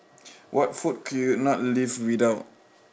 what food could you not live without